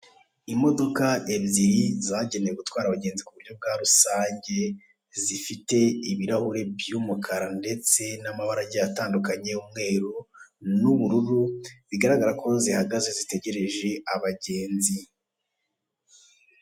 Imodoka ebyiri zagenewe gutwara abagenzi mu buryo bwa rusange, zifite ibirahure by'umukara ndetse n'amabara agiye atandukanye y'umweru n'ubururu bigaragarako zihagaze zitegereje abagenzi.